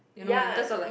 you know in terms of like